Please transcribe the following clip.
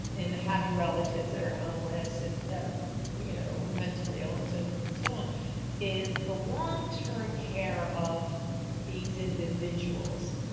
in having relatives that are homeless and you know mentally ill and so forth and so on is the long term care of these individuals,